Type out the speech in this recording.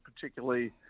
particularly